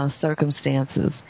circumstances